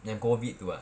yang COVID tu ah